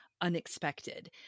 unexpected